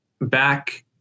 back